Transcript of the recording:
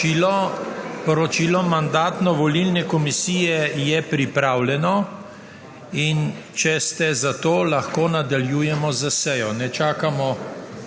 Sporočilo Mandatno-volilne komisije je pripravljeno. In če ste za to, lahko nadaljujemo s sejo, ne čakamo